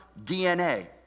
DNA